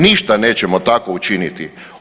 Ništa nećemo tako učiniti.